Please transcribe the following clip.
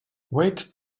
wait